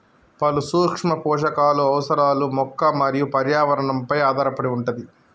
పలు సూక్ష్మ పోషకాలు అవసరాలు మొక్క మరియు పర్యావరణ పై ఆధారపడి వుంటది